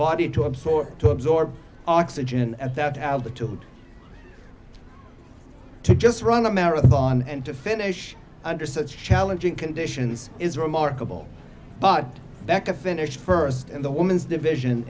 body to absorb to absorb oxygen at that altitude to just run a marathon and to finish under such challenging conditions is remarkable but back to finish first in the women's division